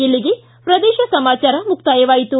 ಇಲ್ಲಿಗೆ ಪ್ರದೇಶ ಸಮಾಚಾರ ಮುಕ್ತಾಯವಾಯಿತು